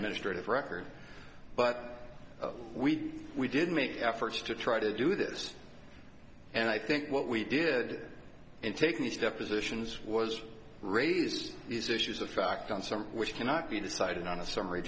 ministry of record but we we did make efforts to try to do this and i think what we did in taking these depositions was raised these issues of fact on something which cannot be decided on a summary